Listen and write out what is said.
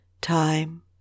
Time